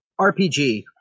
RPG